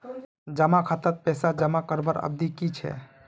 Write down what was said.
जमा खातात पैसा जमा करवार अवधि की छे?